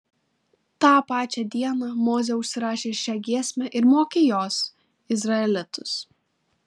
tą pačią dieną mozė užsirašė šią giesmę ir mokė jos izraelitus